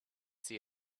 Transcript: see